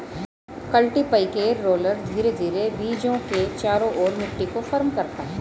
cultipacker roller धीरे धीरे बीजों के चारों ओर मिट्टी को फर्म करता है